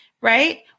Right